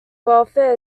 welfare